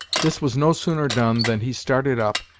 this was no sooner done, than he started up,